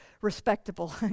respectable